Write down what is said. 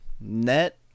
net